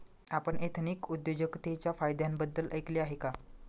आपण एथनिक उद्योजकतेच्या फायद्यांबद्दल ऐकले आहे का?